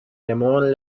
ramon